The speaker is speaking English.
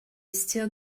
still